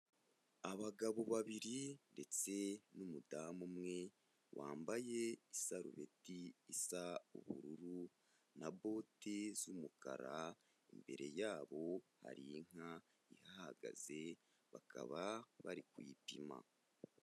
Abagabo babiri ndetse n'umudamu umwe wambaye isarubeti isa ubururu na boti z'umukara, imbere yabo hari inka ihahagaze bakaba bari kuyipima.